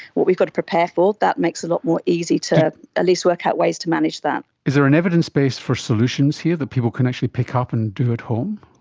what we've got to prepare for, that makes it a lot more easy to at least work out ways to manage that. is there an evidence base for solutions here that people can actually pick up and do at home?